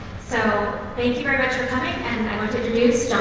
so thank you very much for coming, and i want to introduce